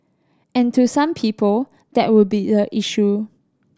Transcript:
and to some people that would be the issue